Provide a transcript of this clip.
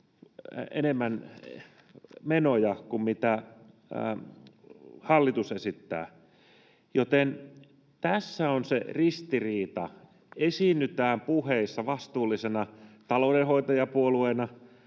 enemmän menoja kuin mitä hallitus esittää. Joten tässä on se ristiriita. Esiinnytään puheissa vastuullisena taloudenhoitajapuolueena,